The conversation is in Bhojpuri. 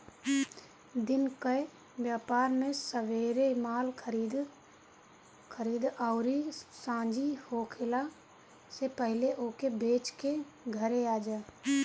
दिन कअ व्यापार में सबेरे माल खरीदअ अउरी सांझी होखला से पहिले ओके बेच के घरे आजा